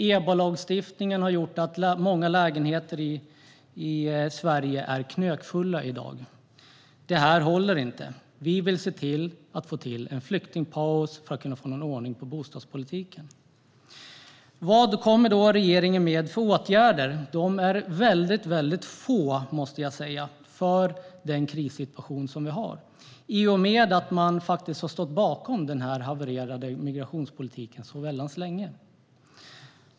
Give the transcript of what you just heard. Ebolagstiftningen har gjort att många lägenheter i Sverige i dag är knökfulla. Det håller inte. Vi vill se till att få en flyktingpaus för att kunna få någon ordning på bostadspolitiken. Vad kommer då regeringen med för åtgärder? De är väldigt få, måste jag säga, för den krissituation som vi har i och med att man har stått bakom den havererade migrationspolitiken så väldigt länge.